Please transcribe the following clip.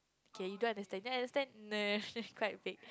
okay you don't understand do you understand no quite vague